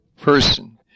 person